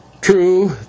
True